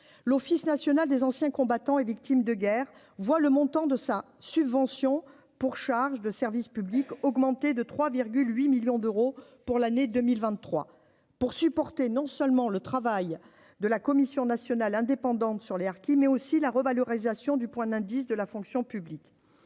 l'Office national des anciens combattants et victimes de guerre voit le montant de sa subvention pour charges de service public, augmenté de 3 8 millions d'euros pour l'année 2023 pour supporter non seulement le travail de la commission nationale indépendante sur les harkis, mais aussi la revalorisation du point d'indice de la fonction publique,